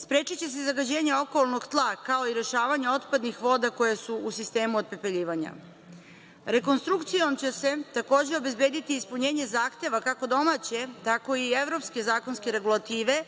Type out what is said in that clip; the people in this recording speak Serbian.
sprečiće se zagađenje okolnog tla, kao i rešavanje otpadnih voda koje su u sistemu opepeljivanja. Rekonstrukcijom će se, takođe, obezbediti ispunjenje zahteva, kako domaće, tako i evropske zakonske regulative